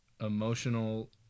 emotional